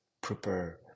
prepare